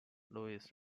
lewis